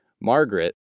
Margaret